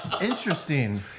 interesting